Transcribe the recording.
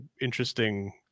interesting